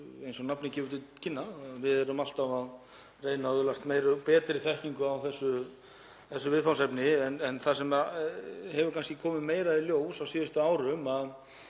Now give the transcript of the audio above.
eins og nafnið gefur til kynna. Við erum alltaf að reyna að öðlast meiri og betri þekkingu á þessu viðfangsefni. Það sem hefur kannski komið meira í ljós á síðustu árum er